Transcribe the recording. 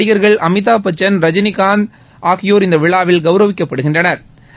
நடிகர்கள் அமிதாப்பச்சன் ரஜினிகாந்த் ஆகியோா் இந்த விழாவில் கௌரவிக்கப்படுகின்றனா்